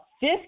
fifth